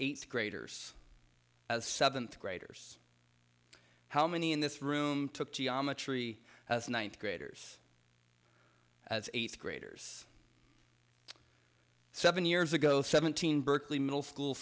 eighth graders seventh graders how many in this room took geometry as ninth graders as eighth graders seven years ago seventeen berkeley middle school